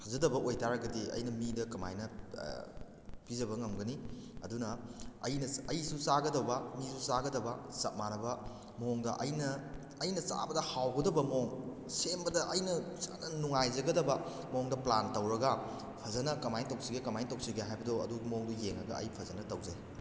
ꯐꯖꯗꯕ ꯑꯣꯏꯇꯥꯔꯒꯗꯤ ꯑꯩꯅ ꯃꯤꯗ ꯀꯃꯥꯏꯅ ꯄꯤꯖꯕ ꯉꯝꯒꯅꯤ ꯑꯗꯨꯅ ꯑꯩꯁꯨ ꯆꯥꯒꯗꯕ ꯃꯤꯁꯨ ꯆꯥꯒꯗꯕ ꯆꯞ ꯃꯥꯟꯅꯕ ꯃꯑꯣꯡꯗ ꯑꯩꯅ ꯑꯩꯅ ꯆꯥꯕꯗ ꯍꯥꯎꯒꯗꯕ ꯃꯑꯣꯡ ꯁꯦꯝꯕꯗ ꯑꯩꯅ ꯏꯁꯥꯅ ꯅꯨꯡꯉꯥꯏꯖꯒꯗꯕ ꯃꯑꯣꯡꯗ ꯄ꯭ꯂꯥꯟ ꯇꯧꯔꯒ ꯐꯖꯅ ꯀꯃꯥꯏ ꯇꯧꯁꯤꯒꯦ ꯀꯃꯥꯏ ꯇꯧꯁꯤꯒꯦ ꯍꯥꯏꯕꯗꯣ ꯑꯗꯨ ꯃꯑꯣꯡꯗꯨ ꯌꯦꯡꯉꯒ ꯑꯩ ꯐꯖꯅ ꯇꯧꯖꯩ